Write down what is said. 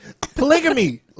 Polygamy